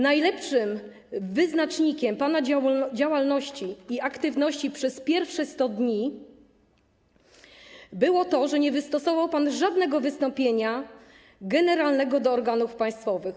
Najlepszym wyznacznikiem pana działalności i aktywności przez pierwsze 100 dni było to, że nie wystosował pan żadnego wystąpienia generalnego do organów państwowych.